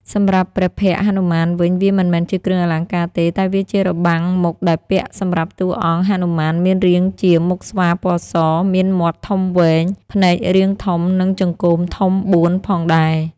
សម្រាប់ព្រះភ័ក្ត្រហនុមានវិញ វាមិនមែនជាគ្រឿងអលង្ការទេ តែវាជារបាំងមុខដែលពាក់សម្រាប់តួអង្គ ហនុមានមានរាងជា មុខស្វាពណ៌ស មានមាត់ធំវែង ភ្នែករាងធំ និងចង្កូមធំ៤ផងដែរ។